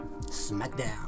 SmackDown